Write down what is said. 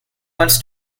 wants